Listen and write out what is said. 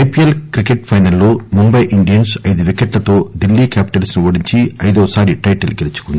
IP L cricket ఫైనల్లో Mumbai Indians ఐదు వికెట్లతో ఢిల్లీ క్యాపిటల్స్ ను ఓడించి ఐదోవసారి టైటిల్ గెల్చుకుంది